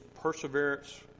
perseverance